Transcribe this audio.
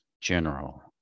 general